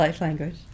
language